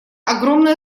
огромная